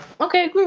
Okay